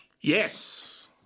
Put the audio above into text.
Yes